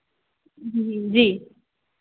जी जी